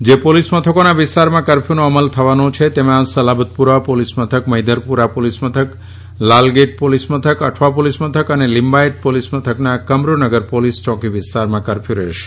જે પોલીસમથકોના વિસ્તારમાં કરફયુનો અમલ થવાનો છે તેમાં સલાબતપુરા પોલીસમથકમહિધરપુરા પોલીસમથક લાલગેટ પોલીસમથક અઠવા પોલીસમથક અને લિંબાયત પોલીસમથકના કમરૂનગર પોલીસ ચોકી વિસ્તારમાં કરફયુ રહેશે